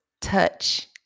touch